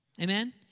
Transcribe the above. Amen